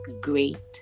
great